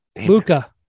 Luca